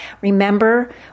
Remember